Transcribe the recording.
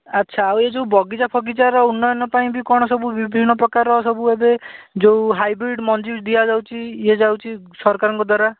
ଆଚ୍ଛା ଆଉ ଏ ଯୋଉ ବଗିଚାଫଗିଚାର ଉନ୍ନୟନ ପାଇଁ ବି କ'ଣ ସବୁ ବିଭିନ୍ନ ପ୍ରକାର ସବୁ ଏବେ ଯୋଉ ହାଇବ୍ରିଡ଼୍ ମଞ୍ଜି ଦିଆଯାଉଛି ଇଏ ଯାଉଛି ସରକାରଙ୍କ ଦ୍ୱାରା